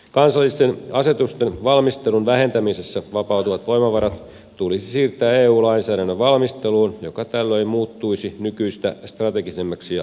kansallisten asetusten valmistelun vähentämisessä vapautuvat voimavarat tulisi siirtää eu lainsäädännön valmisteluun joka tällöin muuttuisi nykyistä strategisemmaksi ja vaikuttavammaksi